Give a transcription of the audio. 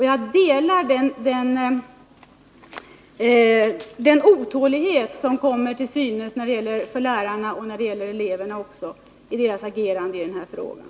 Jag delar den otålighet som kommer till synes i lärarnas och elevernas agerande i den här frågan.